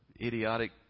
idiotic